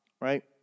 right